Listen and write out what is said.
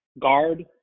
guard